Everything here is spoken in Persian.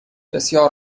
بسیار